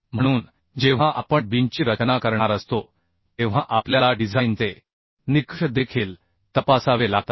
म्हणून जेव्हा आपण बीमची रचना करणार असतो तेव्हा आपल्याला डिझाइनचे निकष देखील तपासावे लागतात